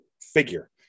Figure